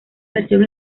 versión